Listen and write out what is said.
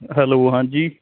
hello ਹਾਂਜੀ